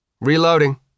Reloading